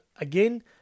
again